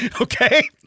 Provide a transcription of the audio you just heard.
Okay